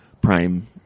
prime